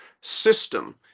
system